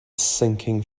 sinking